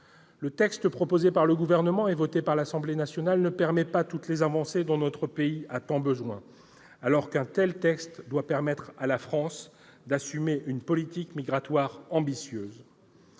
de loi proposé par le Gouvernement et voté par l'Assemblée nationale ne permet pas toutes les avancées dont notre pays a tant besoin, alors qu'un tel texte doit permettre à la France d'assumer une politique migratoire ambitieuse.